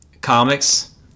comics